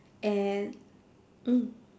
ya and mm